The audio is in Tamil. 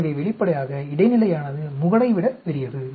எனவே வெளிப்படையாக இடைநிலையானது முகடை விட பெரியது